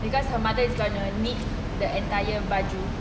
because her mother is gonna knit the entire baju